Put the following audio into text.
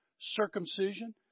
circumcision